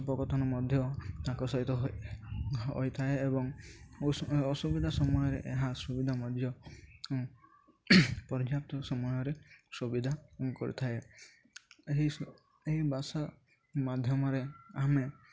ଉପକଥନ ମଧ୍ୟ ତାଙ୍କ ସହିତ ହୋଇ ହୋଇଥାଏ ଏବଂ ଅସୁବିଧା ସମୟରେ ଏହାସୁବିଧା ମଧ୍ୟ ପର୍ଯ୍ୟାପ୍ତ ସମୟରେ ସୁବିଧା କରିଥାଏ ଏହି ଏହି ଭାଷା ମାଧ୍ୟମରେ ଆମେ